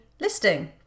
listing